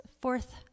fourth